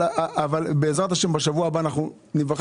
אבל בעזרת השם בשבוע הבא אנחנו ניווכח